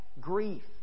grief